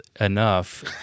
enough